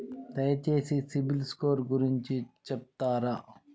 దయచేసి సిబిల్ స్కోర్ గురించి చెప్తరా?